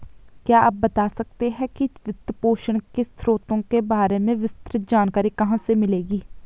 क्या आप बता सकते है कि वित्तपोषण के स्रोतों के बारे में विस्तृत जानकारी कहाँ से मिलेगी?